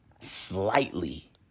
slightly